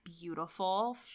beautiful